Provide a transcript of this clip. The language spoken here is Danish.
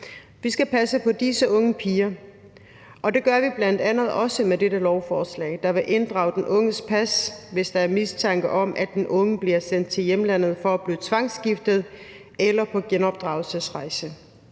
Vi skal passe på disse unge piger, og det gør vi bl.a. også med dette lovforslag, som vil gøre det muligt at inddrage den unges pas, hvis der er mistanke om, at den unge bliver sendt til hjemlandet for at blive tvangsgift eller sendt på genopdragelsesrejse.